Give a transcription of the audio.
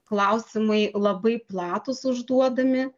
klausimai labai platūs užduodami